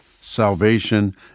salvation